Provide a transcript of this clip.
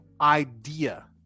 idea